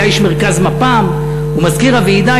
היה איש מרכז מפ"ם ומזכיר הוועידה,